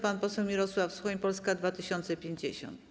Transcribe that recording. Pan poseł Mirosław Suchoń, Polska 2050.